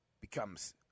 becomes